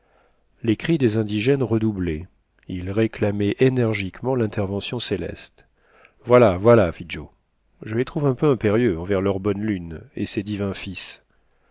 les cris des indigènes redoublaient ils réclamaient énergiquement l'intervention céleste voilà voilà fit joe je les trouve un peu impérieux envers leur bonne lune et ses divins fils